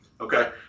Okay